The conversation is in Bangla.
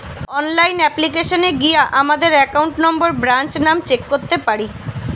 অনলাইন অ্যাপ্লিকেশানে গিয়া আমাদের একাউন্ট নম্বর, ব্রাঞ্চ নাম চেক করতে পারি